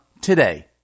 today